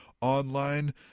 online